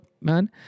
man